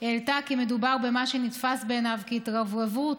העלתה כי מדובר במה שנתפס בעיניו כהתרברבות,